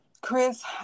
Chris